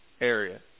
area